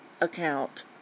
account